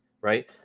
right